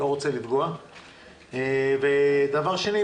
דבר שני,